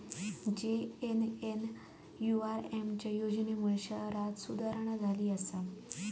JNNURM च्या योजनेमुळे शहरांत सुधारणा झाली हा